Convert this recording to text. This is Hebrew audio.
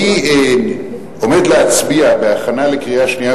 אני עומד להצביע בהכנה לקריאה שנייה